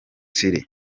city